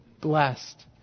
blessed